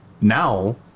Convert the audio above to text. Now